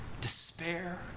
despair